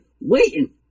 waiting